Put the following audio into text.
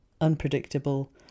unpredictable